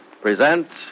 presents